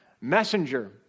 messenger